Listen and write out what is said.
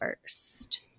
first